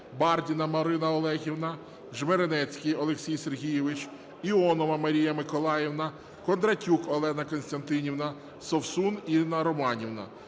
Бардіна Марина Олегівна, Жмеренецький Олексій Сергійович, Іонова Марія Миколаївна, Кондратюк Олена Костянтинівна, Совсун Інна Романівна.